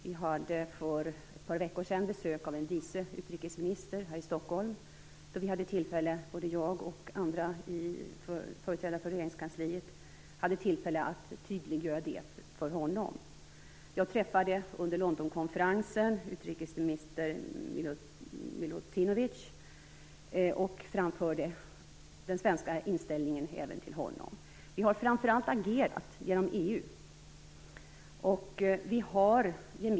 Vi hade för ett par veckor sedan besök av deras vice utrikesminister här i Stockholm, och både jag och andra företrädare för regeringskansliet hade då tillfälle att tydliggöra detta för honom. Jag träffade under Londonkonferensen utrikesminister Milutinovic och framförde den svenska inställningen även till honom. Vi har framför allt agerat genom EU.